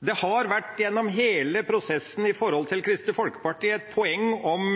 Det har gjennom hele prosessen vært et poeng for Kristelig Folkeparti om